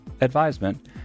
advisement